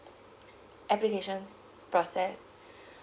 application process